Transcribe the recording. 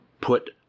put